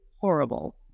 horrible